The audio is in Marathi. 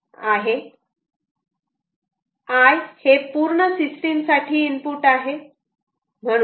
I हे पूर्ण सिस्टीम साठी इनपुट आहे